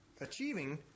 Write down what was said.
achieving